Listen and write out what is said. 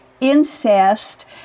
incest